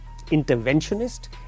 interventionist